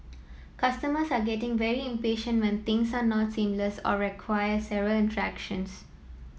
customers are getting very impatient when things are not seamless or require several interactions